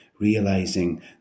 Realizing